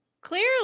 Clearly